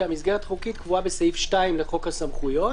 המסגרת החוקית קבועה בסעיף 2 לחוק הסמכויות,